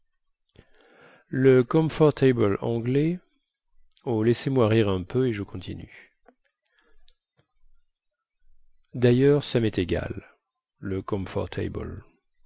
le comfortable anglais oh laissez-moi rire un peu et je continue dailleurs ça mest égal le